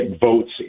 votes